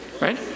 right